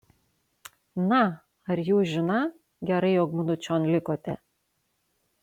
na ar jūs žiną gerai jog mudu čion likote